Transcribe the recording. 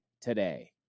today